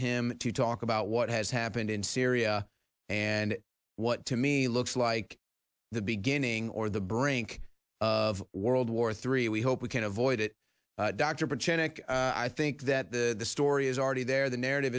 him to talk about what has happened in syria and what to me looks like the beginning or the brink of world war three we hope we can avoid it doctor but i think that the story is already there the narrative